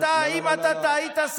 אם אתה טעית,